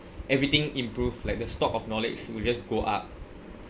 everything improve like the stock of knowledge it will just go up